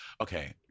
okay